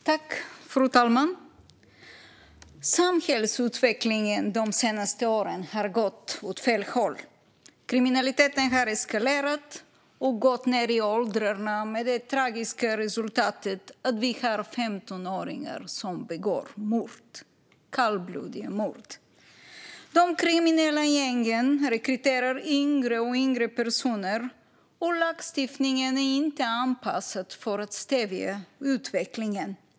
Fru talman! Samhällsutvecklingen de senaste åren har gått åt fel håll. Kriminaliteten har eskalerat och gått ned i åldrarna med det tragiska resultatet att vi har 15-åringar som begår kallblodiga mord. De kriminella gängen rekryterar allt yngre personer, och lagstiftningen är inte anpassad för att stävja utvecklingen.